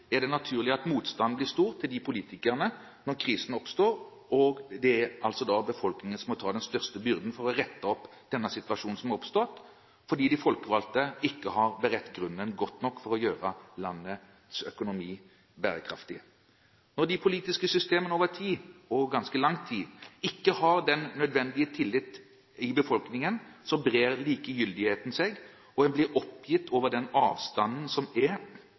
til disse politikerne når krise oppstår og befolkningen må ta den største byrden for å rette opp den situasjonen som har oppstått, fordi de folkevalgte ikke har beredt grunnen godt nok for å gjøre landets økonomi bærekraftig. Når de politiske systemene over tid – og ganske lang tid – ikke har den nødvendige tillit i befolkningen, brer likegyldigheten seg, og en blir oppgitt over den avstanden som er,